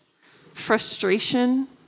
frustration